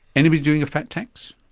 anybody doing a fat tax?